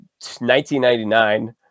1999